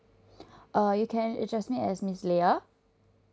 uh you can address me as miss lee